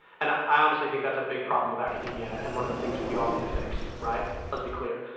and i honestly think that's a big problem with academia, and one of the things we all need to fix, right. let's be clear.